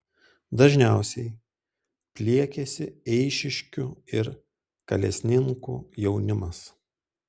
dažniausiai pliekiasi eišiškių ir kalesninkų jaunimas